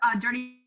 dirty